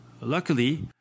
Luckily